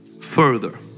further